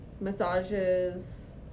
massages